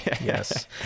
Yes